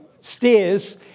stairs